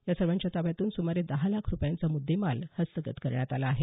या सर्वांच्या ताब्यातून सुमारे दहा लाख रुपयांचा मुद्देमाल हस्तगत करण्यात आला आहे